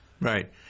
right